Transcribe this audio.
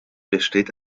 besteht